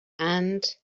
and